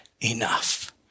enough